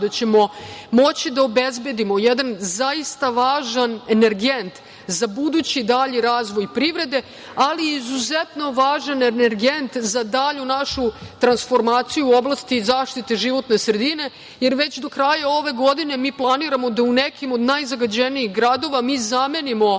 da ćemo moći da obezbedimo jedan zaista važan energent za budući dalji rad privrede, ali i izuzetno važan energent za dalju našu transformaciju u oblasti zaštite životne sredine, jer već do kraja ove godine mi planiramo da u nekim od najzagađenijih gradova zamenimo